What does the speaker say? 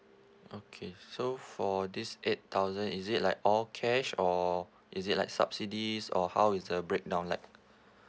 okay so for this eight thousand is it like all cash or is it like subsidies or how is the breakdown like